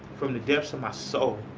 from the depths of my soul.